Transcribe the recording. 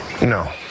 No